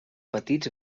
petits